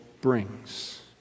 brings